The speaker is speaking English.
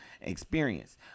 experience